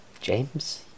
James